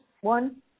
one